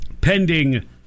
pending